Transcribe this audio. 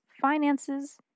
finances